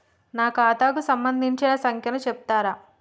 నా ఖాతా కు సంబంధించిన సంఖ్య ను చెప్తరా?